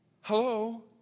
Hello